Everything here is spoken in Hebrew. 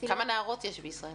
כמה נערות יש בישראל?